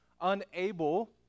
unable